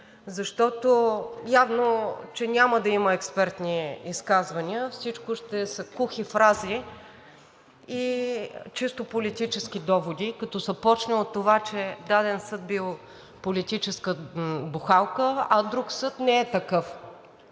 защото явно че няма да има експертни изказвания. Всичко ще са кухи фрази и чисто политически доводи, като се почне от това, че даден съд бил политическа бухалка, а друг съд не е такъв.